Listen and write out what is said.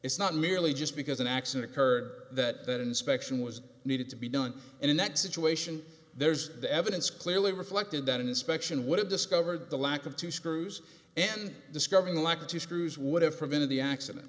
it's not merely just because an accident occurred that inspection was needed to be done and in that situation there's the evidence clearly reflected that an inspection would have discovered the lack of two screws and discovering the lack of two screws would have prevented the accident